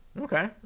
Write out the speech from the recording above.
Okay